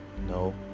No